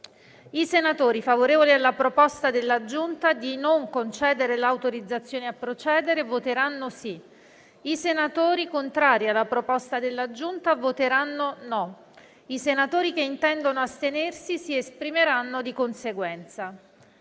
I senatori favorevoli alla proposta della Giunta di non concedere l'autorizzazione a procedere voteranno sì. I senatori contrari alla proposta della Giunta voteranno no. I senatori che intendono astenersi si esprimeranno di conseguenza.